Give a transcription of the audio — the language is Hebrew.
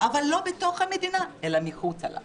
אבל לא בתוך המדינה אלא מחוצה לה.